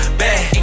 bad